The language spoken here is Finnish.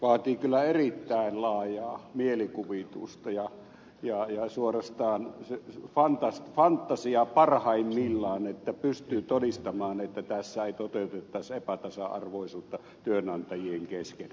vaatii kyllä erittäin laajaa mielikuvitusta ja suorastaan fantasiaa parhaimmillaan että pystyy todistamaan että tässä ei toteutettaisi epätasa arvoisuutta työnantajien kesken